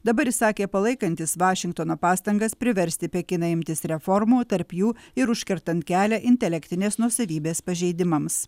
dabar jis sakė palaikantis vašingtono pastangas priversti pekiną imtis reformų tarp jų ir užkertant kelią intelektinės nuosavybės pažeidimams